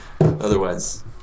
Otherwise